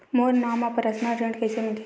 मोर नाम म परसनल ऋण कइसे मिलही?